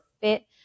fit